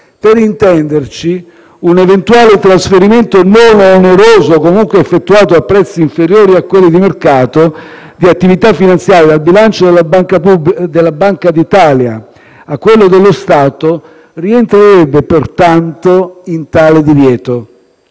Per intenderci, un eventuale trasferimento non oneroso o comunque effettuato a prezzi inferiori a quelli di mercato di attività finanziarie dal bilancio della Banca d'Italia a quello dello Stato rientrerebbe pertanto in tale divieto.